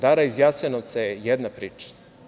Dara iz Jasenovca" je jedna priča.